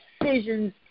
decisions